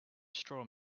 straw